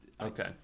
okay